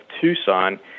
Tucson